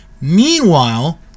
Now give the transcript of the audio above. Meanwhile